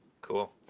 cool